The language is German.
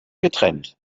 getrennt